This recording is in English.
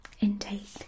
intake